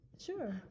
Sure